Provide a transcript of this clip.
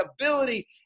ability